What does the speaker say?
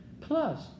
Plus